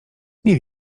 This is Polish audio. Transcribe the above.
nie